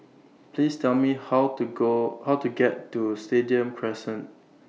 Please Tell Me How to Go How to get to Stadium Crescent